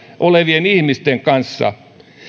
olevien ihmisten kanssa